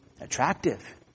attractive